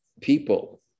people